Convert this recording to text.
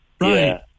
Right